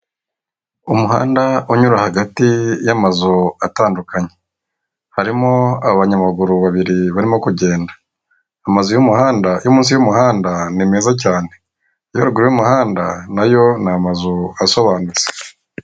Umuhanda unyura hagati y'amazu atandukanye harimo abanyamaguru babiri bari kugenda, amazu y'umuhanda yo munsi y'umuhanda ni meza cyane no haruguru y'umuhanda nayo ni amazu asobanutse.